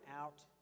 out